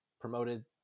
promoted